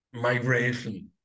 migration